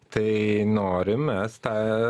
taai norim mes ta